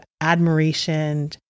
admiration